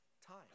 Time